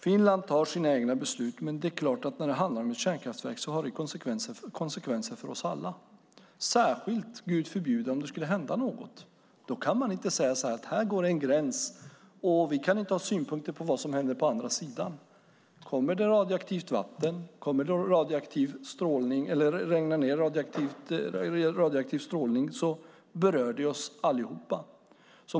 Finland fattar sina egna beslut, men när det handlar om ett kärnkraftverk är det klart att det har konsekvenser för oss alla. Det gäller särskilt om det, Gud förbjude, skulle hända något. Då kan man inte säga att här går en gräns och vi kan inte ha synpunkter på vad som händer på andra sidan. Kommer det radioaktivt vatten eller radioaktiv strålning berör det oss allihop.